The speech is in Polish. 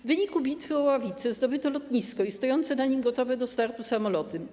W wyniku bitwy o Ławicę zdobyto lotnisko i stojące na nim gotowe do startu samoloty.